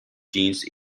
jeans